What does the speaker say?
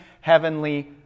heavenly